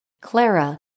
Clara